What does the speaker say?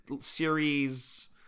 series